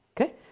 Okay